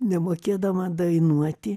nemokėdama dainuoti